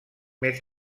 més